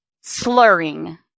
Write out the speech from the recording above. slurring